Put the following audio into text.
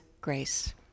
grace